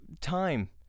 time